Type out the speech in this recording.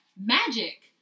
magic